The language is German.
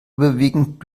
überwiegend